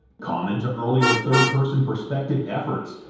common to earlier third-person perspective efforts,